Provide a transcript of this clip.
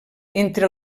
entre